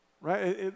Right